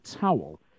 towel